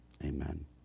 Amen